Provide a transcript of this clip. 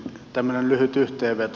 eli tämmöinen lyhyt yhteenveto